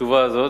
החשובה הזאת,